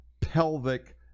pelvic